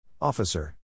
Officer